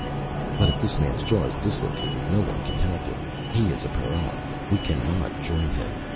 but if this man's jaw is dislocated, no one can help him. he is a para. we cannot join him.